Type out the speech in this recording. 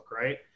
right